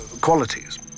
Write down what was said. qualities